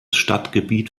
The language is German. stadtgebiet